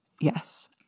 yes